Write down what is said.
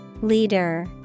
Leader